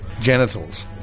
Genitals